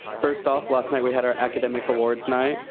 first off, last night we had our academic awards night.